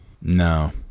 No